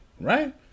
right